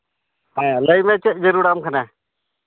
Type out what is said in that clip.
ᱦᱮᱸ ᱞᱟᱹᱭ ᱢᱮ ᱪᱮᱫ ᱡᱟᱹᱨᱩᱲᱟᱢ ᱠᱟᱱᱟ